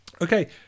Okay